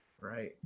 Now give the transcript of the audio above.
right